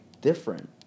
different